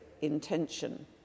intention